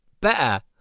better